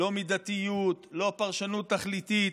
לא מידתיות, לא פרשנות תכליתית.